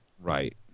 Right